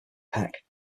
peck